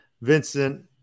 Vincent